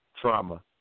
trauma